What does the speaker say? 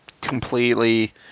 completely